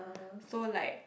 so like